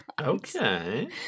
Okay